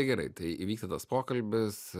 tai gerai tai įvyko tas pokalbis